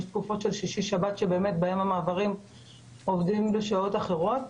יש תקופות של שישי-שבת שבהן המעברים עובדים בשעות אחרות,